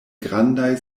grandaj